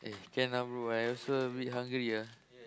eh can ah bro I also a bit hungry ah